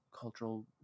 cultural